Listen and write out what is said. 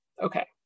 Okay